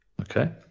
Okay